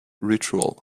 ritual